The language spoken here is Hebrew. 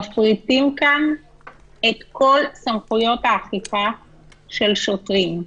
מפריטים כאן את כל סמכויות האכיפה של שוטרים.